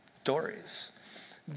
stories